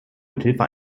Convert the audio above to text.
mithilfe